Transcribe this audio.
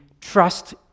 trust